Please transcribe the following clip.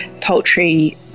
poultry